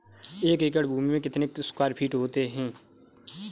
एक एकड़ भूमि में कितने स्क्वायर फिट होते हैं?